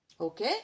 Okay